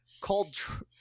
called